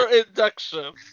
induction